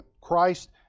Christ